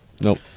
Nope